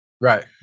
Right